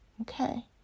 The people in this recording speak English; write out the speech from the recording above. okay